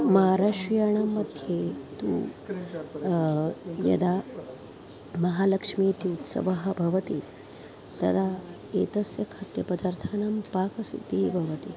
माराहाष्ट्रीयाणां मध्ये तु यदा महालक्ष्मीः इति उत्सवः भवति तदा एतस्य खाद्यपदार्थानां पाकसिद्धिः भवति